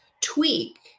tweak